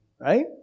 right